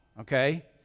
okay